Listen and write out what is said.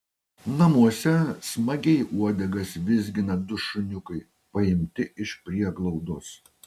namuose smagiai uodegas vizgina du šuniukai paimti iš prieglaudos